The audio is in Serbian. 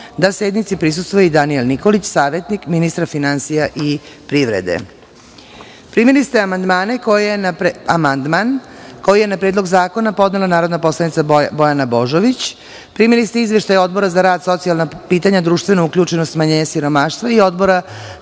da sednici prisustvuje i Danijel Nikolić, savetnik ministra finansija i privrede. Primili ste amandman koji je na Predlog zakona podnela narodna poslanica Bojana Božanić. Primili ste izveštaje Odbora za rad, socijalna pitanja, društvenu uključenost i smanjenje siromaštva i Odbora